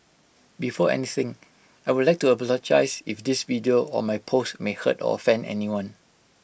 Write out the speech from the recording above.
before anything I would like to apologise if this video or my post may hurt offend anyone